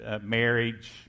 marriage